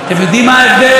אתם יודעים מה ההבדל?